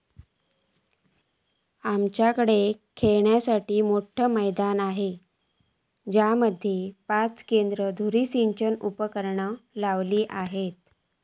आमच्याकडे खेळूक मोठा मैदान हा जेच्यात पाच केंद्र धुरी सिंचन उपकरणा लावली हत